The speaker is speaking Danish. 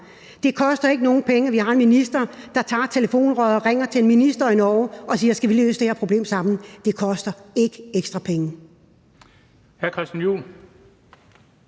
Det koster ikke nogen penge, at vi har en minister, der tager telefonrøret og ringer til en minister i Norge og siger, om de lige skal løse det her problem sammen. Det koster ikke ekstra penge. Kl. 13:49 Den fg.